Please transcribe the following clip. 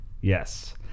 Yes